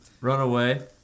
Runaway